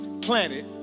planet